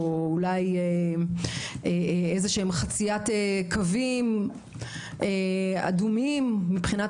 או אולי חציית קווים אדומים מבחינת